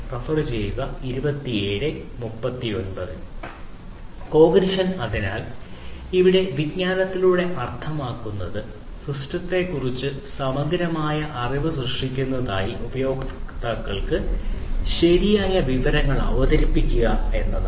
cognition അതിനാൽ ഇവിടെ വിജ്ഞാനത്തിലൂടെ അർത്ഥമാക്കുന്നത് സിസ്റ്റത്തെക്കുറിച്ച് സമഗ്രമായ അറിവ് സൃഷ്ടിക്കുന്നതിനായി ഉപയോക്താക്കൾക്ക് ശരിയായ വിവരങ്ങൾ അവതരിപ്പിക്കുക എന്നതാണ്